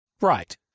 Right